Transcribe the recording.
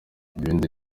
ibindi